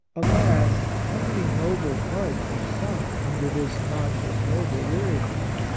alas! how many noble hearts have sunk under this not ignoble weariness!